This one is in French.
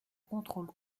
contrôle